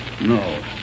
No